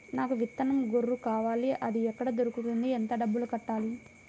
నాకు విత్తనం గొర్రు కావాలి? అది ఎక్కడ దొరుకుతుంది? ఎంత డబ్బులు కట్టాలి?